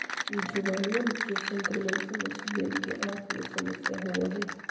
जीवाणुअन के संक्रमण से मछलियन के आँख में समस्या होबा हई